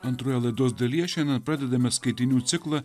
antroje laidos dalyje šiandien pradedame skaitinių ciklą